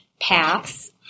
paths